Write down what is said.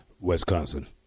Wisconsin